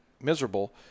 miserable